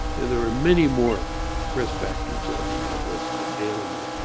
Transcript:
and there were many more risk factors that we have listed, animal,